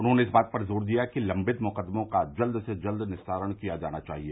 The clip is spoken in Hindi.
उन्होंने इस बात पर जोर दिया कि लम्बित मुकदमों का जल्द से जल्द निस्तारण किया जाना चाहिए